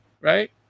right